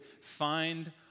find